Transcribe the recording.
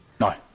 No